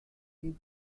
died